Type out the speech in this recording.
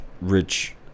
rich